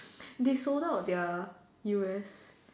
they sold out their U_S